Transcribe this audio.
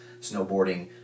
snowboarding